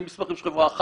אלה מסמכים של חברה אחת,